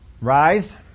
Rise